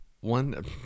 One